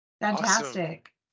Fantastic